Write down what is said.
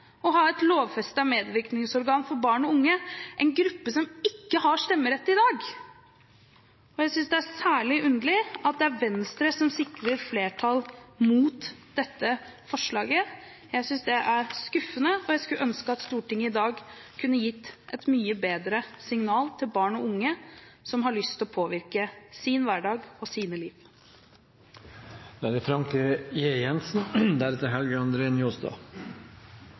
å ha et lovfestet medvirkningsorgan for barn og unge, en gruppe som ikke har stemmerett i dag. Jeg synes det er særlig underlig at det er Venstre som sikrer flertall mot dette forslaget. Jeg synes det er skuffende, og jeg skulle ønske at Stortinget i dag kunne gitt et mye bedre signal til barn og unge som har lyst til å påvirke sin hverdag og sine liv. Det er sjelden, og antakelig heldigvis for det,